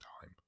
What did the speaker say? time